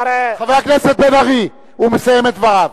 חבר הכנסת בן-ארי, הוא מסיים את דבריו.